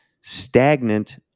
stagnant